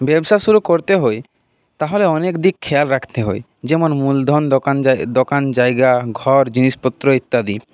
ব্যবসা শুরু করতে হয় তাহলে অনেক দিক খেয়াল রাখতে হয় যেমন মূলধন দোকান দোকান জায়গা ঘর জিনিসপত্র ইত্যাদি